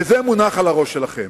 וזה מונח על הראש שלכם.